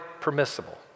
permissible